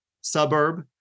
suburb